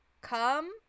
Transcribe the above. Come